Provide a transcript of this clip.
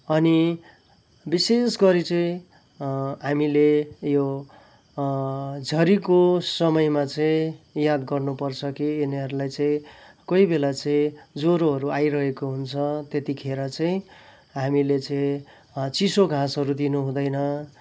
अनि विशेष गरी चाहिँ हामीले यो झरिको समयमा चाहिँ याद गर्नुपर्छ कि यिनीहरूलाई चाहिँ कोही बेला चाहिँ ज्वरोहरू आइरहेको हुन्छ त्यतिखेर चाहिँ हामीले चाहिँ चिसो घाँसहरू दिनु हुँदैन